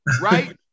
right